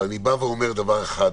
אבל אני אומר דבר אחד,